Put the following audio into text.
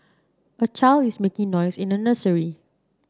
a child is making noise in a nursery